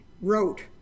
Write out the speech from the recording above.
wrote